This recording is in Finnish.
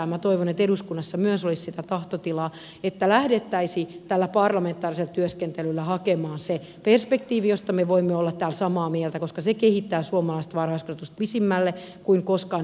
minä toivon että eduskunnassa myös olisi sitä tahtotilaa että lähdettäisiin tällä parlamentaarisella työskentelyllä hakemaan se perspektiivi josta me voimme olla täällä samaa mieltä koska se kehittää suomalaista varhaiskasvatusta pidemmälle kuin koskaan ennen on menty